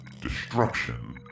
destruction